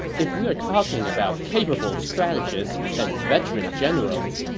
if we're talking about capable strategists and veteran generals,